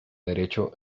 derecho